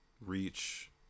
reach